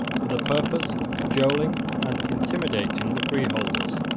for the purpose of cajoling and intimidating the freeholders.